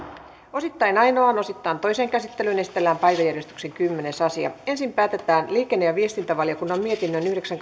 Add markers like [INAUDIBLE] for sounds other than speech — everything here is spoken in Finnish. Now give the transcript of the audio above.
osittain ainoaan osittain toiseen käsittelyyn esitellään päiväjärjestyksen kymmenes asia ensin päätetään liikenne ja viestintävaliokunnan mietinnön yhdeksän [UNINTELLIGIBLE]